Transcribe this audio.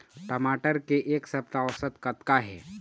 टमाटर के एक सप्ता औसत कतका हे?